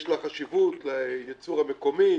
יש לה חשיבות בייצור המקומי,